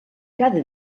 cada